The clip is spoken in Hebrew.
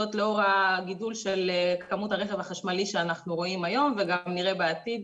זאת לאור הגידול של כמות הרכב החשמלי שאנחנו רואים היום וגם נראה בעתיד.